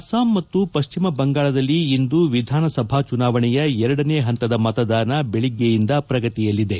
ಅಸ್ಲಾಂ ಮತ್ತು ಪಶ್ಚಿಮ ಬಂಗಾಳದಲ್ಲಿ ಇಂದು ವಿಧಾನಸಭೆ ಚುನಾವಣೆಯ ಎರಡನೇ ಪಂತದ ಮತದಾನ ಬೆಳಗ್ಗೆಯಿಂದ ಪ್ರಗತಿಯಲ್ಲಿದೆ